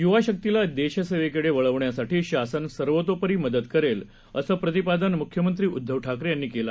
युवाशक्तीलादेशसेवेकडेवळवण्यासाठीशासनसर्वतोपरीमदतकरेल असंप्रतिपादनमुख्यमंत्रीउद्दवठाकरेयांनीकेलं